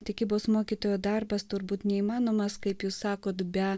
tikybos mokytojo darbas turbūt neįmanomas kaip jūs sakote be